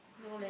no leh